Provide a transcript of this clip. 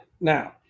now